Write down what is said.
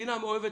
המדינה אוהבת